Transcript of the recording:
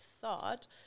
thought